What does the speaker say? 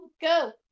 Go